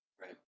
Right